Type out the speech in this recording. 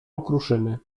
okruszyny